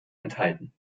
enthalten